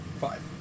Five